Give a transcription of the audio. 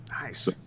Nice